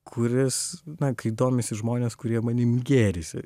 kuris na kai domisi žmonės kurie manim gėrisi